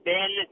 Ben –